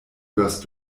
hörst